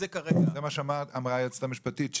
זה מה שאמרה היועצת המשפטית,